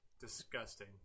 Disgusting